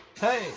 Hey